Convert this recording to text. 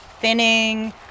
Thinning